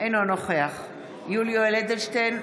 אינו נוכח יולי יואל אדלשטיין,